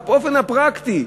באופן הפרקטי,